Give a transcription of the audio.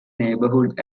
neighborhood